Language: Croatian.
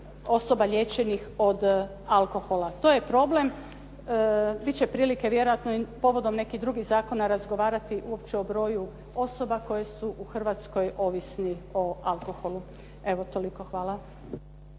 osoba liječenih od alkohola. To je problem, biti će prilike vjerojatno i povodom nekih drugih zakona razgovarati uopće o broju osoba koje su u Hrvatskoj ovisni o alkoholu. Evo toliko. Hvala.